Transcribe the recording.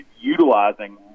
utilizing